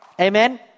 Amen